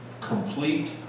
complete